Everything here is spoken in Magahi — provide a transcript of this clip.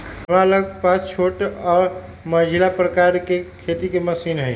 हमरा लग पास छोट आऽ मझिला प्रकार के खेती के मशीन हई